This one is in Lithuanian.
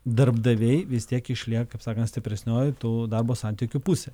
darbdaviai vis tiek išlieka kaip sakant stipresnioji tų darbo santykių pusė